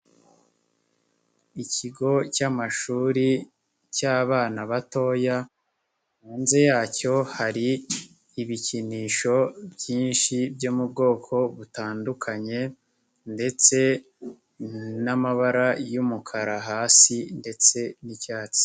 Ikigo cy'amashuri cy'abana batoya, hanze yacyo hari ibikinisho byinshi byo mu bwoko butandukanye ndetse n'amabara y'umukara hasi ndetse n'icyatsi.